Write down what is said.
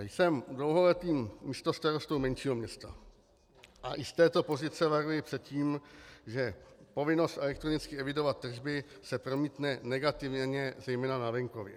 Jsem dlouholetým místostarostou menšího města a i z této pozice varuji před tím, že povinnost elektronicky evidovat tržby se promítne negativně zejména na venkově.